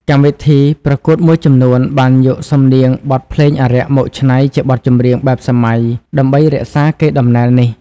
កម្មវិធីប្រកួតមួយចំនួនបានយកសំនៀងបទភ្លេងអារក្សមកច្នៃជាបទចម្រៀងបែបសម័យដើម្បីរក្សាកេរ្តិ៍ដំណែលនេះ។